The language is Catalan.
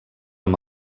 amb